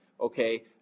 okay